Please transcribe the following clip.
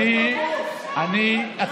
איפה הבוס שלך?